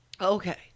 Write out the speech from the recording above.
Okay